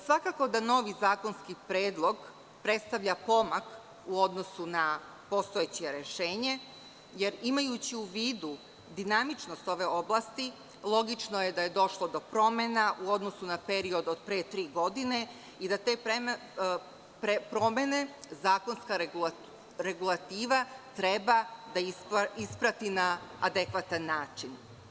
Svakako da novi zakonski predlog predstavlja pomak u odnosu na postojeće rešenje, jer imajući u vidu dinamičnost ove oblasti logično je da je došlo do promena u odnosu na period od pre tri godine i da te promene zakonska regulativa treba da isprati na adekvatan način.